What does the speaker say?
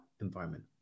environment